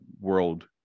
world